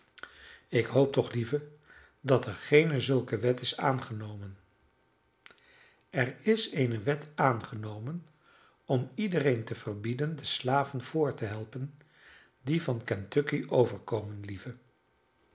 ik hoop toch lieve dat er geene zulke wet is aangenomen er is eene wet aangenomen om iedereen te verbieden de slaven voort te helpen die van kentucky overkomen lieve